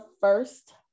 first